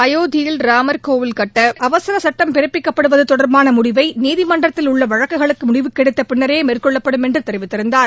அயோத்தியில் ராமர் கோவில் கட்ட அவசர சுட்டம் பிறப்பிக்கப்படுவது தொடர்பான முடிவை நீதிமன்றத்தில் உள்ள வழக்குகளுக்கு முடிவு கிடைத்தபின்னரே மேற்கொள்ளப்படும் என்று தெரிவித்திருந்தார்